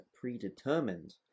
predetermined